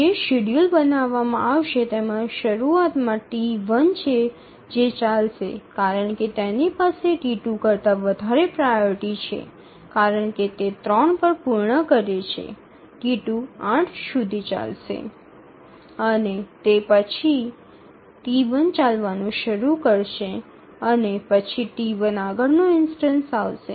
જે શેડ્યૂલ બનાવવામાં આવશે તેમાં શરૂઆતમાં T1 છે જે ચાલશે કારણ કે તેની પાસે T2 કરતા વધારે પ્રાઓરિટી છે કારણ કે તે ૩ પર પૂર્ણ કરે છે T2 ૮ સુધી ચાલશે અને પછી T1 ચાલવાનું શરૂ કરશે પછી T1 આગળનો ઇન્સ્ટનસ આવશે